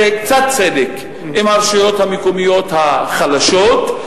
קצת צדק עם הרשויות המקומיות החלשות,